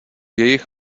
jejich